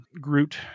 Groot